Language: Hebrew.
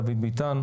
דוד ביטן,